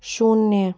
शून्य